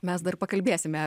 mes dar pakalbėsime